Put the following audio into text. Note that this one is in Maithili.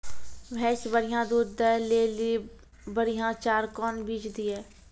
भैंस बढ़िया दूध दऽ ले ली बढ़िया चार कौन चीज दिए?